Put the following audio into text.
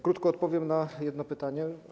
Krótko odpowiem na jedno pytanie.